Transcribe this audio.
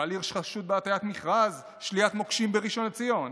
גל הירש חשוד בהטיית מכרז שליית מוקשים בראשון לציון,